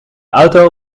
auto